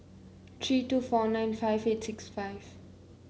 three two four nine five eight six five